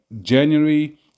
January